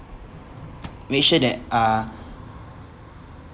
make sure that uh